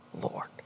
Lord